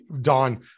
Don